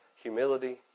Humility